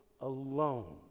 alone